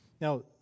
Now